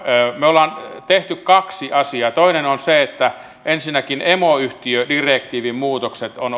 me olemme tehneet kaksi asiaa toinen on se että ensinnäkin emoyhtiödirektiivin muutokset on